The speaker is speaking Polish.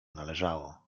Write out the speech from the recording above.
należało